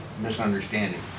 misunderstanding